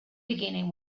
beginning